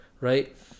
right